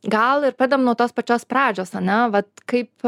gal ir pradedam nuo tos pačios pradžios ane vat kaip